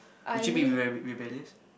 would you be rebe~ rebellious